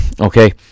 Okay